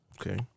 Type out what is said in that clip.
Okay